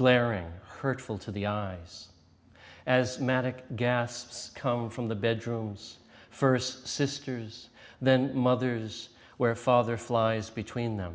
glaring hurtful to the eyes as magic gas come from the bedrooms first sisters then mothers where father flies between them